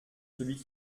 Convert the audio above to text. celui